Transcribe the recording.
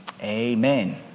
Amen